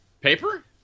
paper